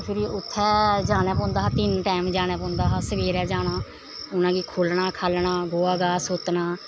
फिरी उत्थें जाने पौंदा हा तिन टैम जाना पौंदा हा सवेरै जाना उ'नेंगी खोह्लना खाह्लना गोहा गाह् सोतना